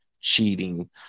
cheating